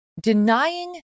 Denying